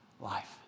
life